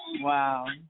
Wow